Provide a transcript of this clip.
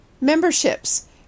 Memberships